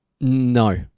no